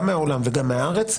גם מהעולם וגם מהארץ,